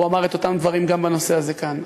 והוא אמר את אותם דברים גם בנושא הזה כאן.